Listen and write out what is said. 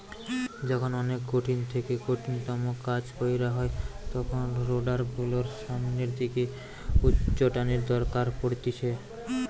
যখন অনেক কঠিন থেকে কঠিনতম কাজ কইরা হয় তখন রোডার গুলোর সামনের দিকে উচ্চটানের দরকার পড়তিছে